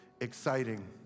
Exciting